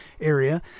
area